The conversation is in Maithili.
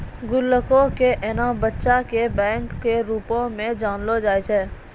गुल्लको के एना बच्चा के बैंको के रुपो मे जानलो जाय छै